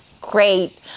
Great